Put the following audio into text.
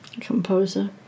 composer